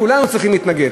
כולנו צריכים להתנגד.